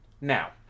Now